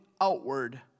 outward